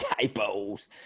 typos